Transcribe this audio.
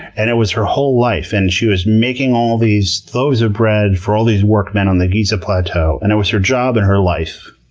and it was her whole life. and she was making all these loaves of bread for all these workmen on the giza plateau, and it was her job and her life,